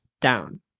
down